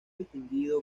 distinguido